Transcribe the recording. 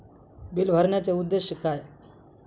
Bill भरण्याचे उद्देश काय?